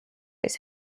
his